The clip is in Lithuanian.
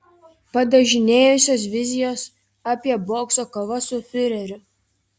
padažnėjusios vizijos apie bokso kovas su fiureriu